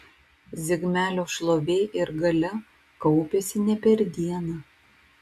zigmelio šlovė ir galia kaupėsi ne per dieną